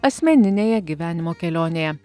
asmeninėje gyvenimo kelionėje